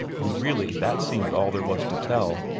and really that seemed all there was to tell.